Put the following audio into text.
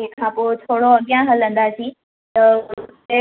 तंहिंखां पोइ थोरो अॻियां हलंदासीं त उते